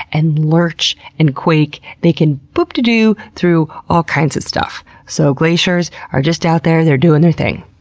and lurch, and quake, they can boop-dee-doo through all kinds of stuff. so glaciers are just out there, they're doing their thing.